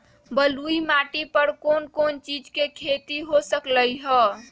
बलुई माटी पर कोन कोन चीज के खेती हो सकलई ह?